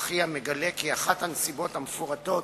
אזרחי המגלה כי אחת הנסיבות המפורטות